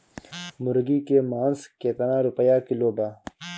मुर्गी के मांस केतना रुपया किलो बा?